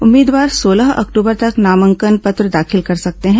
उम्मीदवार सोलह अक्टूबर तक नामांकन पत्र दाखिल कर सकते हैं